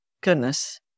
Goodness